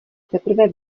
teprve